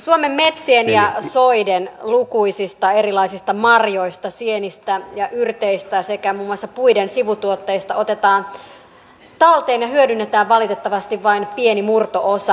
suomen metsien ja soiden lukuisista erilaisista marjoista sienistä ja yrteistä sekä muun muassa puiden sivutuotteista otetaan talteen ja hyödynnetään valitettavasti vain pieni murto osa